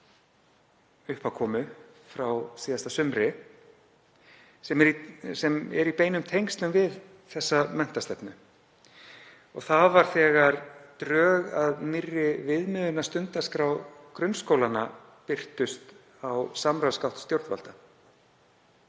uppákomu frá síðasta sumri, sem er í beinum tengslum við þessa menntastefnu, þegar drög að nýrri viðmiðunarstundaskrá grunnskólanna birtust á samráðsgátt stjórnvalda